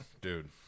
dude